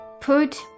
Put